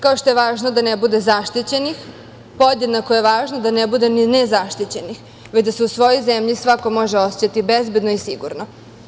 Kao što je važno da ne bude zaštićenih, podjednako je važno da ne bude ni nezaštićenih, već da se u svojoj zemlji svako može osećati bezbedno i sigurno.